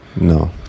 No